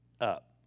up